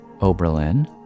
Oberlin